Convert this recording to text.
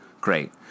great